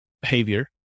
behavior